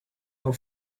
and